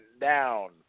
down